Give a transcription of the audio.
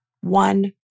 one